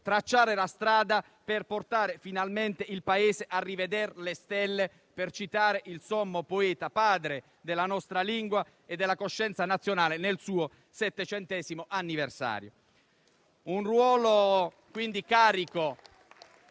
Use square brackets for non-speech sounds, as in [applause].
dramma della pandemia, e portare finalmente il Paese «a riveder le stelle», per citare il sommo poeta, padre della nostra lingua e della coscienza nazionale, nel suo settecentesimo anniversario. [applause]